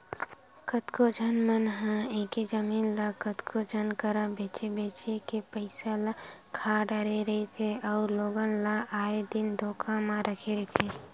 कतको झन मन ह एके जमीन ल कतको झन करा बेंच बेंच के पइसा ल खा डरे रहिथे अउ लोगन ल आए दिन धोखा म रखे रहिथे